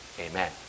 Amen